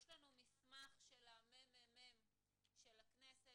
יש לנו מסמך של הממ"מ של הכנסת